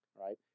right